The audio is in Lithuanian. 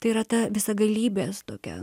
tai yra ta visagalybės tokia